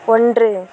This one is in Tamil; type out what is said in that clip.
ஒன்று